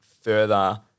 further